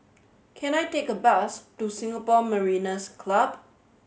can I take a bus to Singapore Mariners' Club